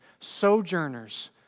sojourners